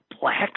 black